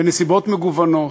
בנסיבות מגוונות.